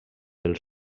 del